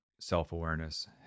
self-awareness